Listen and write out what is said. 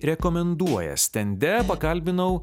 rekomenduoja stende pakalbinau